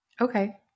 Okay